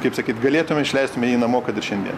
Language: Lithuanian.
kaip sakyt galėtume išleistume jį namo kad ir šiandien